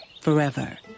forever